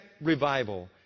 revival